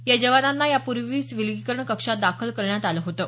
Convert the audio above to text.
या जवानांना यापूर्वीच विलगीकरण कक्षात दाखल करण्यात आलं होतं